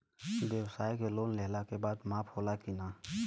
ब्यवसाय के लोन लेहला के बाद माफ़ होला की ना?